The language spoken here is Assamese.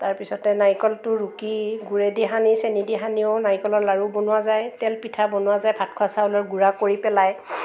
তাৰপিছতে নাৰিকলটো ৰুকি গুৰেদি সানি চেনিদি সানিও নাৰিকলৰ লাড়ু বনোৱা যায় তেলপিঠা বনোৱা যায় ভাত খোৱা চাউলৰ গুড়া কৰি পেলাই